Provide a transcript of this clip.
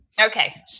Okay